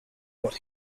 what